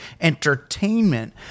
entertainment